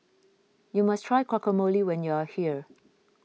you must try Guacamole when you are here